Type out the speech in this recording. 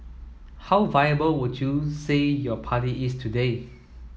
how viable would you say your party is today